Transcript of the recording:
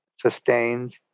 sustains